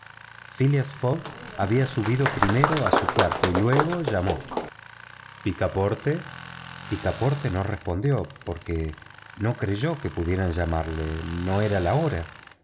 fogg había subido primero a su cuarto y luego llamó picaporte no respondió porque no creyó que pudieran llamarlo no era la hora